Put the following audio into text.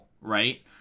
right